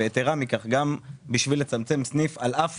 יתרה מכך, גם בשביל לצמצם סניף, על אף